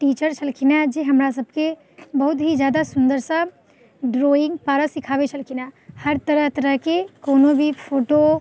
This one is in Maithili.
टीचर छलखिन हेँ जे हमरासबके बहुत ही ज्यादा सुन्दरसँ ड्रॉइङ्ग करऽ सिखाबै छलखिन हेँ हर तरह तरहके कोनो भी फोटो